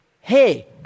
Hey